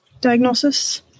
diagnosis